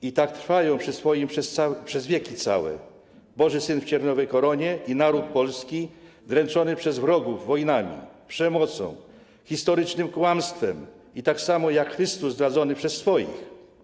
I tak trwają przy sobie przez wieki całe - Boży Syn w cierniowej koronie i naród polski dręczony przez wrogów wojnami, przemocą, historycznym kłamstwem, tak samo jak Chrystus zdradzony przez swoich.